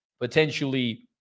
potentially